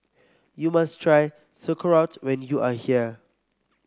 you must try Sauerkraut when you are here